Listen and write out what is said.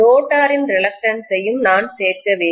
ரோட்டரின் ரிலக்டன்ஸ்யும் நான் சேர்க்க வேண்டும்